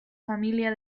familia